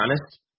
honest